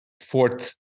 fourth